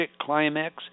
Climax